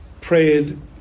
prayed